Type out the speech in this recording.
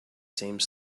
same